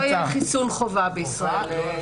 לא יהיה חיסון חובה בישראל.